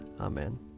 Amen